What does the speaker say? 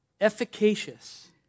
Efficacious